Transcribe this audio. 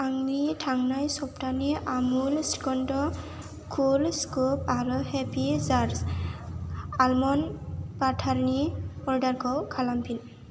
आंनि थांनाय सप्तानि आमुल श्रीखन्ड' कुल स्कुप आरो हेपि जार्स आलमन्ड बाटारनि अर्डारखौ खालामफिन